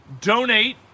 Donate